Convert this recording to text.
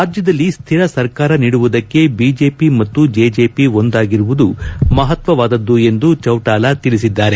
ರಾಜ್ಞದಲ್ಲಿ ಸ್ನಿರ ಸರ್ಕಾರ ನೀಡುವುದಕ್ಕೆ ಬಿಜೆಪಿ ಮತ್ತು ಜೆಜೆಪಿ ಒಂದಾಗಿರುವುದು ಮಹತ್ತವಾದದ್ದು ಎಂದು ಚೌಟಾಲ ತಿಳಿಸಿದ್ದಾರೆ